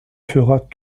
feras